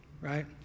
right